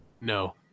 No